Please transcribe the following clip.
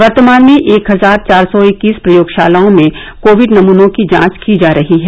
वर्तमान में एक हजार चार सौ इक्कीस प्रयोगशालाओं में कोविड नमूनों की जांच की जा रही है